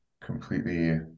completely